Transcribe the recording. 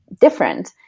different